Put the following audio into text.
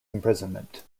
imprisonment